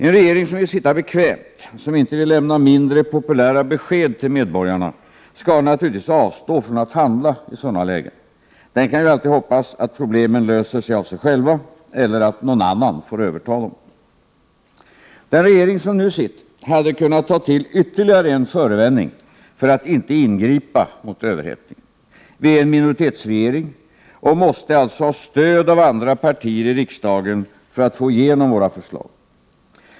En regering som vill sitta bekvämt, som inte vill lämna mindre populära besked till medborgarna, skall naturligtvis avstå från att handla i sådana lägen. Den kan ju alltid hoppas att problemen löser sig av sig själva — eller att någon annan får överta dem. Den regering som nu sitter hade kunnat ta till ytterligare en förevändning för att inte ingripa mot överhettningen. Vi är en minoritetsregering och måste alltså ha stöd av andra partier i riksdagen för att få igenom våra förslag.